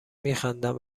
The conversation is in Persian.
میخندم